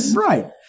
Right